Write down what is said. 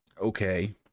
okay